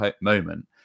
moment